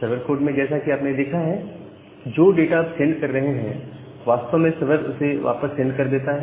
server code में जैसा कि आपने देखा है कि जो डाटा आप सेंड कर रहे हैं वास्तव में सर्वर उसे वापस सेंड कर देता है